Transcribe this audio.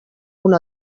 una